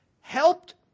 helped